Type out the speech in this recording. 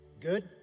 Good